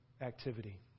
activity